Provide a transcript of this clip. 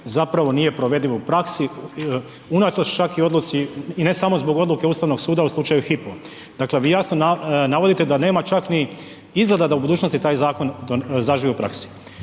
zapravo nije provediv u praksi, unatoč čak i odluci i ne samo zbog odluke Ustavnog suda u slučaju HYPO, dakle vi jasno navodite da nema čak ni izgleda da u budućnosti taj zakon zaživi u praksi.